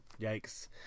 yikes